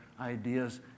ideas